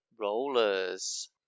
Rollers